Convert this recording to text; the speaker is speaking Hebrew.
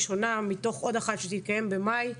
ראשונה מתוך עוד אחת שתתקיים במאי,